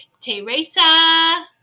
Teresa